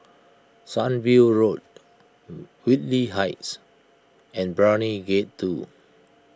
Sunview Road Whitley Heights and Brani Gate two